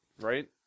right